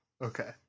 Okay